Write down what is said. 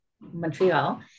Montreal